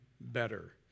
better